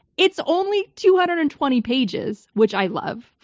it's only two hundred and twenty pages, which i love,